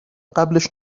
قبلش